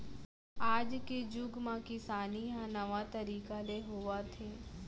आज के जुग म किसानी ह नावा तरीका ले होवत हे